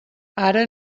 ara